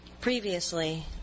previously